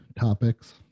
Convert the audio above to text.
topics